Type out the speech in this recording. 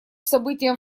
событиям